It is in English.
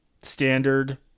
standard